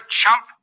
chump